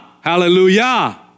hallelujah